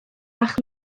fach